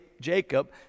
Jacob